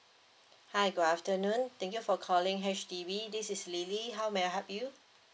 hi good afternoon thank you for calling H_D_B this is L I L Y how may I help you